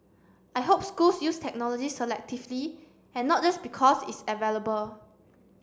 I hope schools use technology selectively and not just because it's available